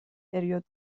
پریود